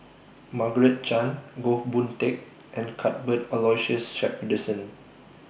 Margaret Chan Goh Boon Teck and Cuthbert Aloysius Shepherdson